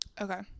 Okay